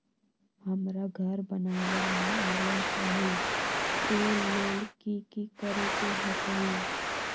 हमरा घर बनाबे ला लोन चाहि ओ लेल की की करे के होतई?